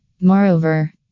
Moreover